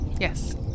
Yes